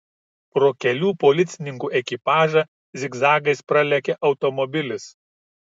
pro kelių policininkų ekipažą zigzagais pralekia automobilis